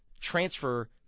transfer